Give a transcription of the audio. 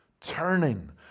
turning